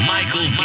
Michael